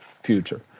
future